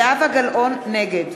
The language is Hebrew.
נגד